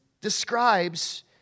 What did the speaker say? describes